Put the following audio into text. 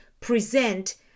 present